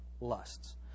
lusts